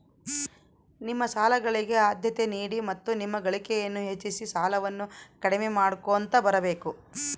ನಿಮ್ಮ ಸಾಲಗಳಿಗೆ ಆದ್ಯತೆ ನೀಡಿ ಮತ್ತು ನಿಮ್ಮ ಗಳಿಕೆಯನ್ನು ಹೆಚ್ಚಿಸಿ ಸಾಲವನ್ನ ಕಡಿಮೆ ಮಾಡ್ಕೊಂತ ಬರಬೇಕು